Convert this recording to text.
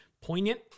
poignant